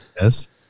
Yes